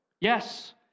Yes